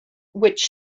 which